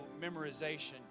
memorization